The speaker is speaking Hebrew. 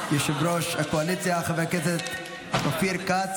יושב-ראש הקואליציה חבר הכנסת אופיר כץ